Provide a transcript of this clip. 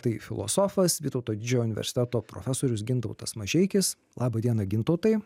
tai filosofas vytauto didžiojo universiteto profesorius gintautas mažeikis laba diena gintautai